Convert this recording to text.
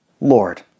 Lord